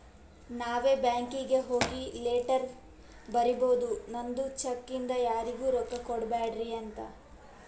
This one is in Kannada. ನಾವೇ ಬ್ಯಾಂಕೀಗಿ ಹೋಗಿ ಲೆಟರ್ ಬರಿಬೋದು ನಂದ್ ಚೆಕ್ ಇಂದ ಯಾರಿಗೂ ರೊಕ್ಕಾ ಕೊಡ್ಬ್ಯಾಡ್ರಿ ಅಂತ